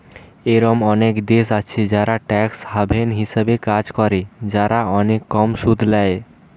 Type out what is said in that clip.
এরোম অনেক দেশ আছে যারা ট্যাক্স হ্যাভেন হিসাবে কাজ করে, যারা অনেক কম সুদ ল্যায়